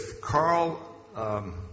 Carl